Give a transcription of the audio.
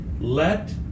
let